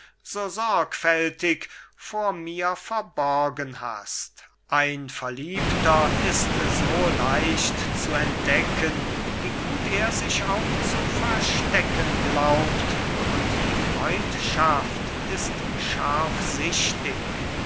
so sorgfältig vor mir verborgen hast ein verliebter ist so leicht zu entdecken wie gut er sich auch zu verstecken glaubt und die freundschaft ist